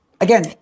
Again